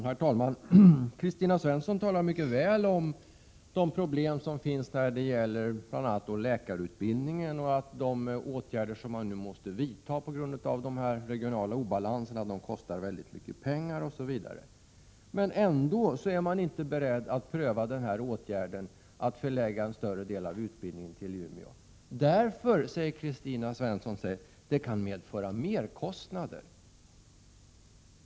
Herr talman! Krisina Svensson talar mycket väl om de problem som finns bl.a. när det gäller läkarutbildningen, säger att de åtgärder som nu måste vidtas på grund av de regionala obalanserna kostar väldigt mycket pengar, osv. Men ändå är inte majoriteten beredd att pröva åtgärden att förlägga en större del av utbildningen till Umeå — därför att, som Kristina Svensson säger, det kan medföra merkostnader!